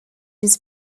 his